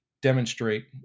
demonstrate